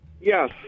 Yes